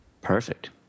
Perfect